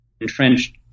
entrenched